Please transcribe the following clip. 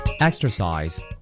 Exercise